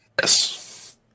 Yes